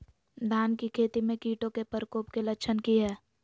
धान की खेती में कीटों के प्रकोप के लक्षण कि हैय?